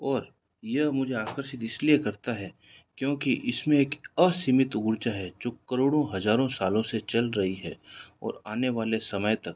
और यह मुझे आकर्षित इसलिए करता है क्योंकि इसमें एक असीमित ऊर्जा है जो करोड़ों हजारों सालों से चल रही है और आने वाले समय तक